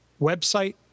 website